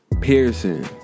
pearson